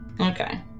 okay